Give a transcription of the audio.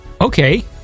Okay